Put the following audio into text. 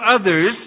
others